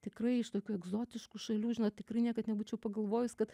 tikrai iš tokių egzotiškų šalių žinot tikrai niekad nebūčiau pagalvojus kad